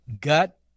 gut